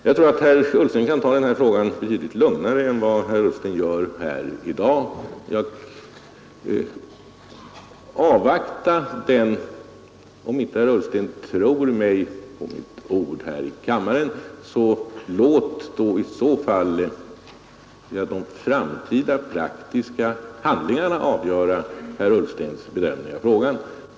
Jag tror att herr Ullsten kan ta den här frågan betydligt lugnare än vad han gör här i dag. Om inte herr Ullsten tror mig på mitt ord här i kammaren, låt i så fall de framtida praktiska handlingarna avgöra herr Ullstens bedömning av frågan!